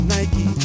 Nike